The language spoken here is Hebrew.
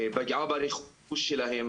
פגעה ברכוש שלהם.